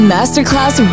Masterclass